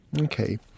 Okay